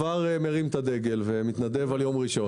חבר הכנסת מקלב כבר מרים את הדגל ומתנדב על יום ראשון,